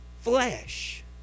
flesh